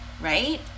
right